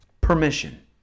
permission